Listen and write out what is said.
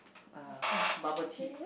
uh bubble tea